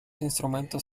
instrumentos